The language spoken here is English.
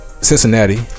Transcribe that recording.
Cincinnati